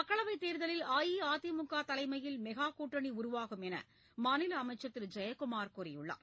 மக்களவைத் தேர்தலில் அஇஅதிமுக தலைமையில் மெகா கூட்டணி உருவாகும் என்று மாநில அமைச்சர் திரு ஜெயக்குமார் கூறியுள்ளார்